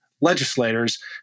legislators